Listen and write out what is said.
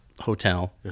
hotel